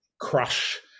crush